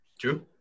True